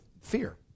fear